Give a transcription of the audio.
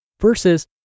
versus